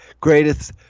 Greatest